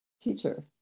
teacher